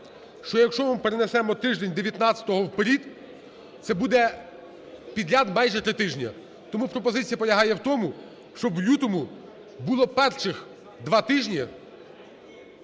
що якщо ми перенесемо тиждень 19-го вперед, це буде підряд майже три тижні. Тому пропозиція полягає в тому, щоб в лютому було перших два тижні